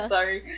Sorry